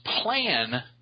plan